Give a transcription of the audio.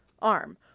arm